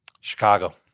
Chicago